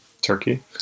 turkey